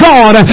God